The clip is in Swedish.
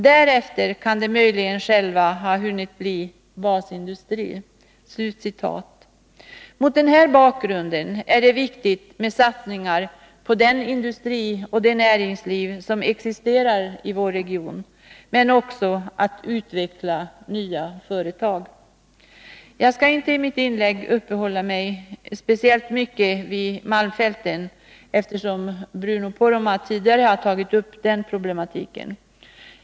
Därefter kan det möjligen själva ha hunnit bli ”basindustri”.” Mot den här bakgrunden är det viktigt med satsningar på den industri och det näringsliv som existerar i vår region, men också att utveckla nya företag. Jag skall inte i mitt inlägg uppehålla mig speciellt mycket vid malmfälten, eftersom Bruno Poromaa tidigare har tagit upp problemen där.